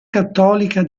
cattolica